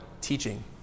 teaching